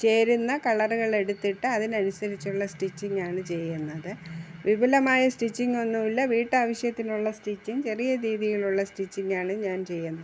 ചേരുന്ന കളറുകൾ എടുത്തിട്ട് അതിനനുസരിച്ചുള്ള സ്റ്റിച്ചിങ്ങ് ആണ് ചെയ്യുന്നത് വിപുലമായ സ്റ്റിച്ചിങ്ങ് ഒന്നുമില്ല വീട്ടാവശ്യത്തിനുള്ള സ്റ്റിച്ചിങ്ങ് ചെറിയ രീതിയിലുള്ള സ്റ്റിച്ചിങ്ങ് ആണ് ഞാൻ ചെയ്യുന്നത്